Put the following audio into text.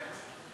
כן.